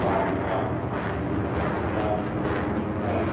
ਸਾਬਕਾ ਹੁੰਦਾ ਹੈ